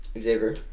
Xavier